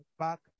back